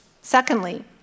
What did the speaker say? Secondly